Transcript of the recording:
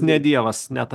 ne dievas net